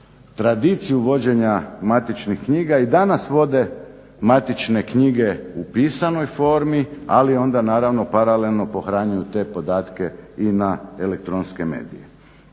tradiciju vođenja matičnih knjiga i danas vode matične knjige u pisanoj formi ali onda naravno paralelno pohranjuju te podatke i na elektronske medije.